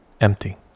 empty